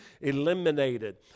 eliminated